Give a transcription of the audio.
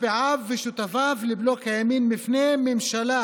מצביעיו ושותפיו לבלוק הימין מפני ממשלה